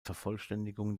vervollständigung